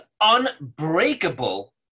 unbreakable